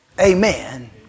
amen